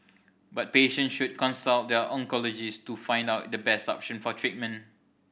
but patients should consult their oncologist to find out the best option for treatment